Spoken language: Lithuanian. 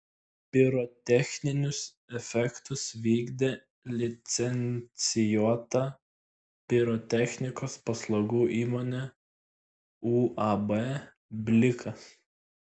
pirotechninius efektus vykdė licencijuota pirotechnikos paslaugų įmonė uab blikas